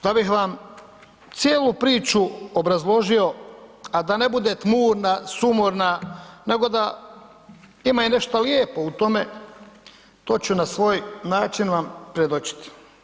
Da bih vam cijelu priču obrazložio, a da ne bude tmurna, sumorna nego da ima i nešto lijepo u tome, to ću na svoj način vam predočiti.